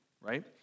right